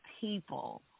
people